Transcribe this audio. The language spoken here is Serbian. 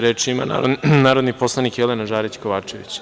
Reč ima narodni poslanik Jelena Žarić Kovačević.